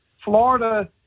Florida